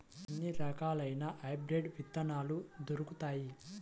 ఎన్ని రకాలయిన హైబ్రిడ్ విత్తనాలు దొరుకుతాయి?